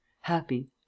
happy